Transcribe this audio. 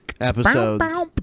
episodes